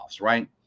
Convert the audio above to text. right